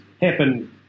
happen